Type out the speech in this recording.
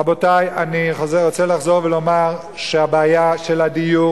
רבותי, אני רוצה לחזור ולומר שהבעיה של הדיור